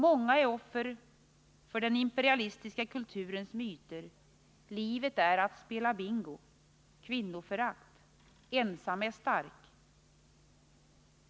Många är offer för den imperialistiska kulturens myter: Livet är att spela bingo! Kvinnoförakt. Ensam är stark.